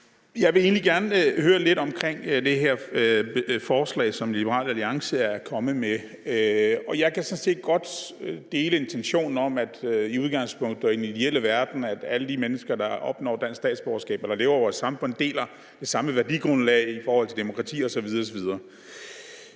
Jeg vil egentlig gerne høre lidt om det her forslag, som Liberal Alliance er kommet med. Jeg kan sådan set godt dele intentionen om, at alle de mennesker, der opnår dansk statsborgerskab eller lever i vores samfund, i den ideelle verden i udgangspunktet deler samme værdigrundlag i forhold til demokrati osv. Men